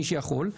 מי שיכול,